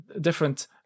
different